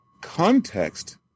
context